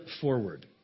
forward